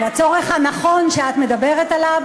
והצורך הנכון שאת מדברת עליו,